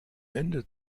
ende